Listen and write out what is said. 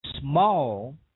small